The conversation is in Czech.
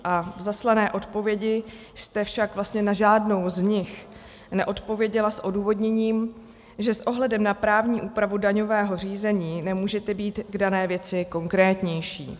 V zaslané odpovědi jste však vlastně na žádnou z nich neodpověděla s odůvodněním, že s ohledem na právní úpravu daňového řízení nemůžete být k dané věci konkrétnější.